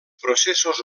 processos